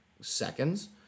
seconds